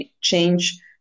change